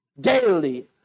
daily